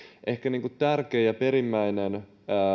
ehkä tärkein ja perimmäinen